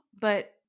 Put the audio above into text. but-